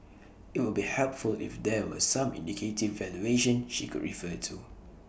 IT would be helpful if there were some indicative valuation she could refer to